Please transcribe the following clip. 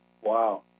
Wow